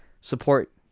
support